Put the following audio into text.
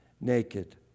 naked